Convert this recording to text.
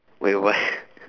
wait what